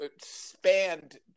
spanned